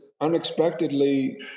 unexpectedly